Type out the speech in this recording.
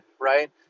right